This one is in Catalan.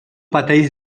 pateix